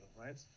right